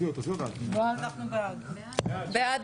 הצבעה בעד